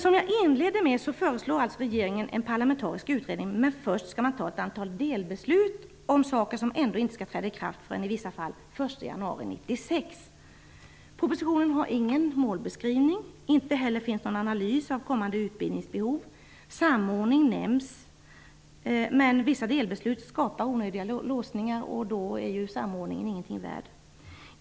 Som jag inledde med föreslår alltså regeringen en parlamentarisk utredning. Men först skall man fatta ett antal delbeslut om saker som ändå inte skall träda i kraft förrän, i viss fall, den 1 januari Propositionen har ingen målbeskrivning. Inte heller finns någon analys av kommande utbildningsbehov. Samordning nämns, men vissa delbeslut skapar omöjliga låsningar, och då är ju samordningen ingenting värd.